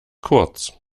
kurz